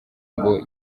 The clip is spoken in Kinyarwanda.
ngo